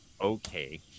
okay